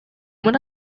would